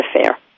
affair